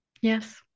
Yes